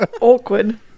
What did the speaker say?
awkward